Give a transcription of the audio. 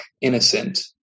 innocent